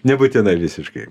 nebūtinai visiškai